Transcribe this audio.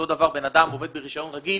אותו דבר, בן אדם עובד ברישיון רגיל